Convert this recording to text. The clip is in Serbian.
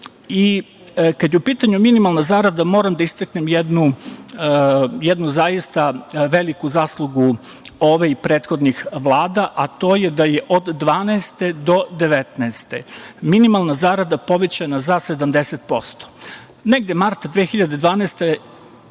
je u pitanju minimalna zarada, moram da istaknem jednu zaista veliku zaslugu ove i prethodnih vlada, a to je da je od 2012. do 2019. godine minimalna zarada povećana za 70%. Negde marta 2012.